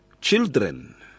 children